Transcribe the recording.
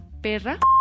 Perra